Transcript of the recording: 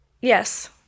Yes